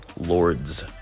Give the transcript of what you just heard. lords